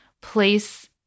place